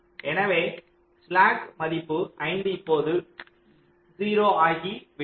எனவே ஸ்லாக் மதிப்பு 5 இப்போது 0 ஆக்கி விட்டோம்